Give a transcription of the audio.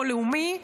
או לאומי,